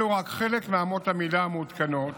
אלו רק חלק מאמות המידה המעודכנות